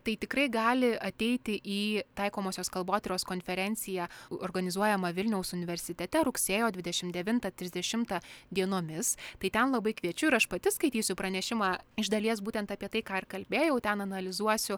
tai tikrai gali ateiti į taikomosios kalbotyros konferenciją organizuojamą vilniaus universitete rugsėjo dvidešim devintą trisdešimtą dienomis tai ten labai kviečiu ir aš pati skaitysiu pranešimą iš dalies būtent apie tai ką ir kalbėjau ten analizuosiu